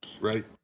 right